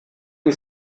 die